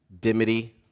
Dimity